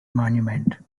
monument